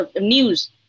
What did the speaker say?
news